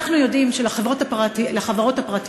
אנחנו יודעים שלחברות הפרטיות,